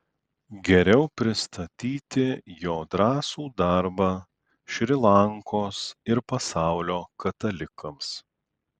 geriau pristatyti jo drąsų darbą šri lankos ir pasaulio katalikams